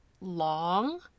long